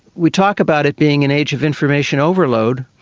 we talk about it being an age of information overload,